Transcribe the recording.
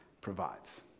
provides